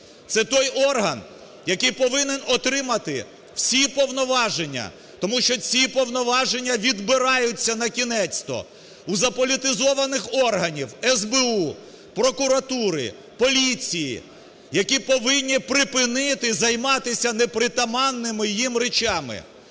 Це той орган, який повинен отримати всі повноваження, тому що ці повноваження відбираютьсянакінець-то у заполітизованих органів: СБУ, прокуратури, поліції, які повинні припинити займатися непритаманними їм речами.